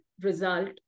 result